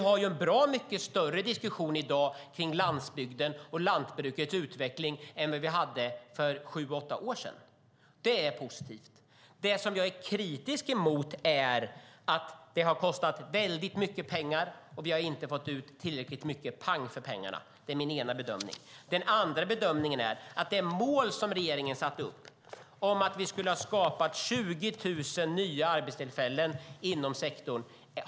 Det förs ju en större diskussion i dag än för sju åtta år sedan om landsbygden och landsbygdens utveckling. Det är positivt. Det som jag är kritisk emot är att det har kostat mycket pengar och vi har inte fått ut tillräckligt mycket "pang" för dem. Det är min ena bedömning. Min andra bedömning är att det är långt kvar tills vi når det mål som regeringen har satt upp om 20 000 nya arbetstillfällen inom sektorn.